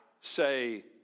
say